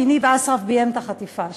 כי ניב אסרף ביים את החטיפה הזאת.